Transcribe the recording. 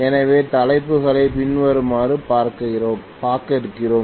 எனவே தலைப்புகளை பின்வருமாறு பார்க்கப்போகிறோம்